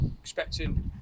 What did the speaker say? expecting